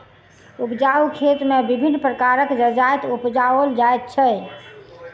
उपजाउ खेत मे विभिन्न प्रकारक जजाति उपजाओल जाइत छै